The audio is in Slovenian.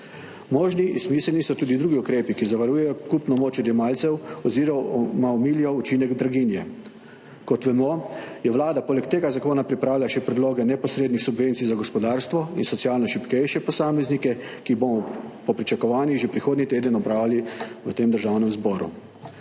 Možni in smiselni so tudi drugi ukrepi, ki zavarujejo kupno moč odjemalcev oziroma omilijo učinek draginje. Kot vemo, je Vlada poleg tega zakona pripravila še predloge neposrednih subvencij za gospodarstvo in socialno šibkejše posameznike, ki jih bomo po pričakovanjih že prihodnji teden obravnavali v tem Državnem zboru.